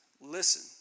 listen